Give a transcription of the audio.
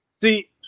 see